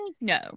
No